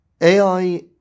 AI